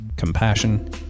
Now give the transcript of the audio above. compassion